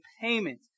payment